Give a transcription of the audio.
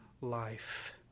life